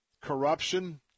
corruption